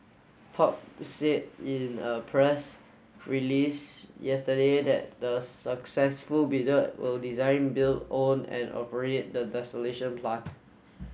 PUB said in a press release yesterday that the successful bidder will design build own and operate the plant